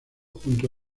junto